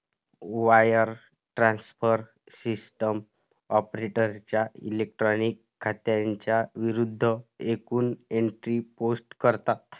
wire transfer system ऑपरेटरच्या electronic खात्यांच्या विरूद्ध एकूण एंट्री पोस्ट करतात